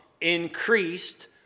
increased